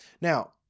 Now